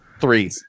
Three